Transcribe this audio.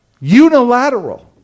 Unilateral